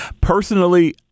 Personally